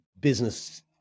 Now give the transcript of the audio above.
business